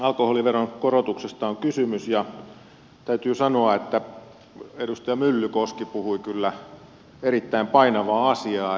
alkoholiveron korotuksesta on kysymys ja täytyy sanoa että edustaja myllykoski puhui kyllä erittäin painavaa asiaa